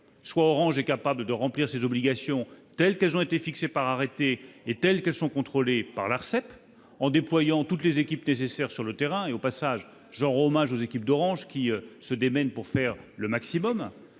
soit Orange est capable de remplir ses obligations, telles qu'elles ont été fixées par arrêté et telles qu'elles sont contrôlées par l'ARCEP, en déployant toutes les équipes nécessaires sur le terrain- je rends hommage au passage aux équipes d'Orange qui se démènent pour faire le maximum